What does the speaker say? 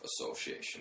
association